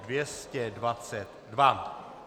222.